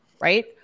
right